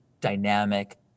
dynamic